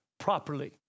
properly